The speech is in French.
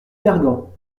gargan